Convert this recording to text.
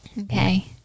okay